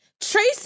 Tracy